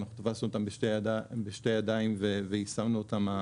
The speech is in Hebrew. כי אנחנו תפסנו אותם בשתי ידיים ויישמנו אותם.